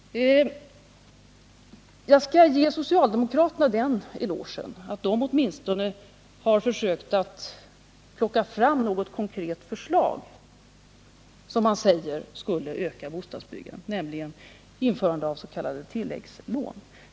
Jag skall ge socialdemokraterna den elogen att de åtminstone har försökt att plocka fram ett konkret förslag, ett förslag som man säger skulle kunna innebära ett ökat bostadsbyggande. Det är förslaget om införande av s.k. tilläggslån.